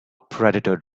predator